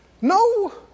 No